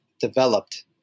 developed